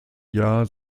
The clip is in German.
jahr